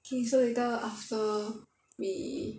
K so later after we